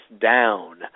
down